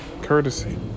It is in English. courtesy